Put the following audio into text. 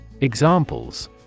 Examples